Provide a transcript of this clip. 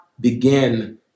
begin